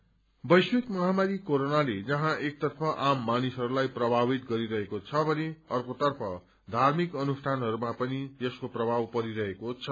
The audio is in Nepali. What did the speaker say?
रष यात्रा वैश्विक महामारी क्रेरोनाले जहाँ एकतर्फ आम मानिसहरूलाई प्रभावित गरिरहेको छ भने अर्कोतर्फ धार्मिक अनुष्ठानहरूमा पनि यसको प्रभाव परिरहेको छ